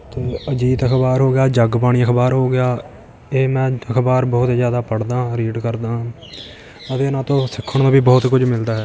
ਅਤੇ ਅਜੀਤ ਅਖਬਾਰ ਹੋ ਗਿਆ ਜਗਬਾਣੀ ਅਖਬਾਰ ਹੋ ਗਿਆ ਇਹ ਮੈਂ ਅਖਬਾਰ ਬਹੁਤ ਜ਼ਿਆਦਾ ਪੜ੍ਹਦਾ ਰੀਡ ਕਰਦਾ ਅਤੇ ਇਹਨਾਂ ਤੋਂ ਸਿੱਖਣ ਨੂੰ ਵੀ ਬਹੁਤ ਕੁਝ ਮਿਲਦਾ ਹੈ